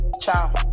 Ciao